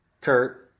kurt